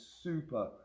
super